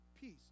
peace